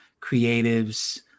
creatives